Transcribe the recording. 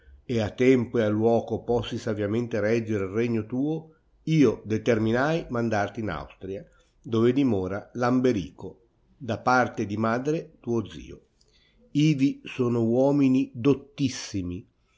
e a tempo e a luoco possi saviamente reggere il regno tuo io determinai mandarti in austria dove dimora lamberico da parte di madre tuo zio ivi sono uomini dottissimi